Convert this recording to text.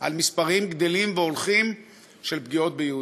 על מספרים גדלים והולכים של פגיעות ביהודים.